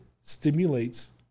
stimulates